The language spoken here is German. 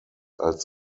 als